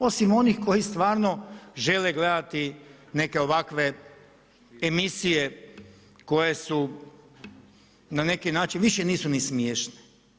Osim onih koji stvarno žele gledati neke ovakve emisije koje na neki način više nisu ni smiješne.